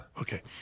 Okay